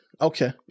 Okay